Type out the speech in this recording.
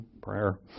prayer